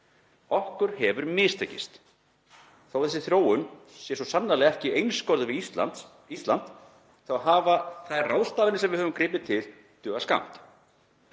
Okkur hefur mistekist. Þó að þessi þróun sé svo sannarlega ekki einskorðuð við Ísland þá hafa þær ráðstafanir sem við höfum gripið til dugað skammt.